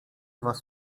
was